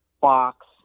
box